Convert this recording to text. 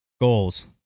goals